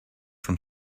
from